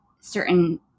certain